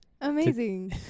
Amazing